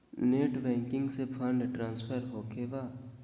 Net banking से fund transfer होखें बा?